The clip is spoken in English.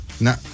No